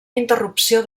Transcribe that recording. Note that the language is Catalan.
interrupció